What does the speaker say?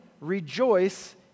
rejoice